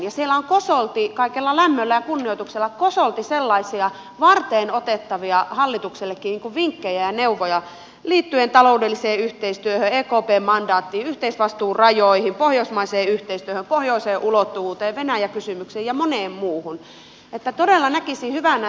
ja siellä on kosolti kaikella lämmöllä ja kunnioituksella varteenotettavia vinkkejä ja neuvoja hallituksellekin liittyen taloudelliseen yhteistyöhön ekpn mandaattiin yhteisvastuun rajoihin pohjoismaiseen yhteistyöhön pohjoiseen ulottuvuuteen venäjä kysymykseen ja moneen muuhun